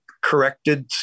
corrected